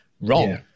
Wrong